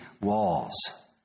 walls